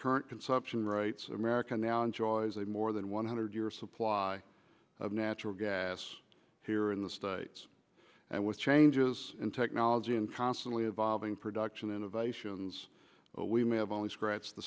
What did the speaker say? current consumption rights in america now enjoys a more than one hundred year supply of natural gas here in the states and with changes in technology and constantly evolving production innovations we may have only scratched the